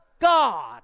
God